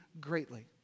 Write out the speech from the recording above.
greatly